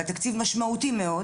והתקציב משמעותי מאוד,